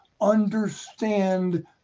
understand